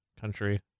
country